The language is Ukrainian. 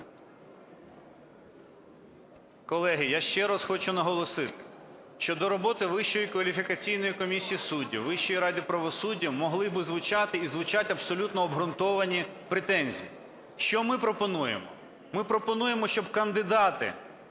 Колеги, я ще раз хочу наголосити, що до роботи Вищої кваліфікаційної комісії суддів, Вищої ради правосуддя могли б звучати і звучать абсолютно обґрунтовані претензії. Що ми пропонуємо? Ми пропонуємо, щоб кандидати